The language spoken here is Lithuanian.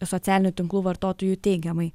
socialinių tinklų vartotojų teigiamai